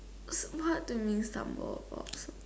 what are the example of